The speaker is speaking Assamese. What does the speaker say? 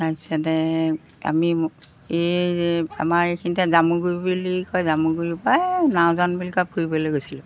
তাৰপিছতে আমি এই আমাৰ এইখিনিতে জামুগুৰি বুলি কয় জামুগুৰি পৰা নাওজান বুলি কয় ফুৰিবলৈ গৈছিলোঁ